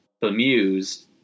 bemused